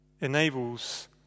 enables